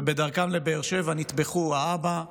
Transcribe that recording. ובדרכם לבאר שבע נטבחו, האבא יבגני,